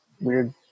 weird